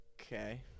Okay